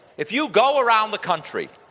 if you go around the country,